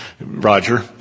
Roger